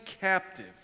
captive